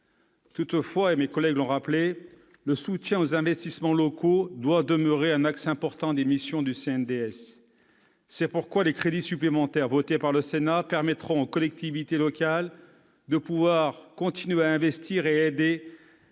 Toutefois, comme mes collègues l'ont rappelé, le soutien aux investissements locaux doit demeurer un axe important des missions du CNDS. C'est pourquoi les crédits supplémentaires votés par le Sénat permettront aux collectivités locales de continuer à investir et d'être